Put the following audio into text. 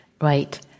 right